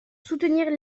soutenir